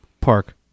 park